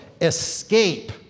Escape